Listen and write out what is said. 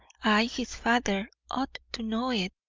i, his father, ought to know it.